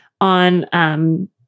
on